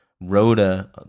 Rhoda